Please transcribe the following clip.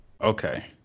Okay